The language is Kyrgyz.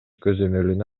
көзөмөлүнө